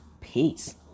peace